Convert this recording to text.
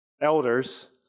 Elders